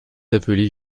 appelée